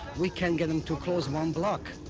we can't get them to close one block,